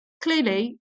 Clearly